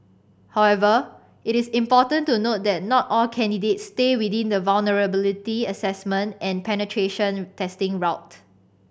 however it is important to note that not all candidates stay within the vulnerability assessment and penetration testing route